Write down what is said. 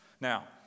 Now